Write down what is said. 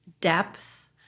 depth